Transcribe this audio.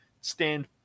stand